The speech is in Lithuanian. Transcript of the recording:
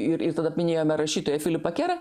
ir ir tada minėjome rašytoją filipą kerą